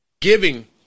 giving